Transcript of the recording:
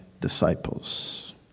disciples